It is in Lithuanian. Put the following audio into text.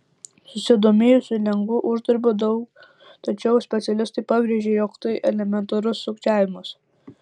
susidomėjusių lengvu uždarbiu daug tačiau specialistai pabrėžia jog tai elementarus sukčiavimas